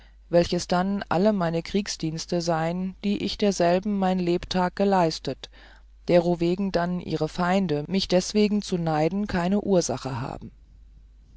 welches dann alle meine kriegsdienste sein die ich derselben mein lebtag geleistet derowegen dann ihre feinde mich deswegen zu neiden keine ursache haben